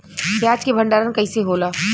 प्याज के भंडारन कइसे होला?